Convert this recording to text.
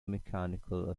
mechanical